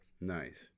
Nice